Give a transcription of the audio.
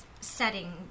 setting